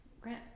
Grant